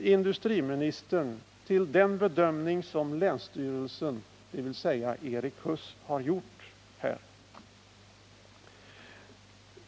industriministern till den bedömning som länsstyrelsen, dvs. Erik Huss, har gjort?